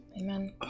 Amen